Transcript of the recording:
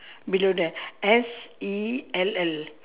below that S E L L